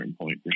point